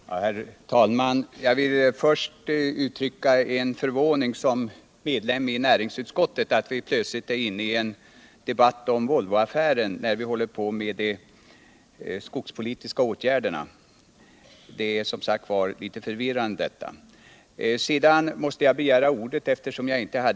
Herr talman! Som ledamot av näringsutskottet vill jag först uttrycka min förvåning över att vi plötsligt är inne i en debatt om Volvoaffären när vi behandlar skogspolitiska åtgärder. Detta är litet förvirrande.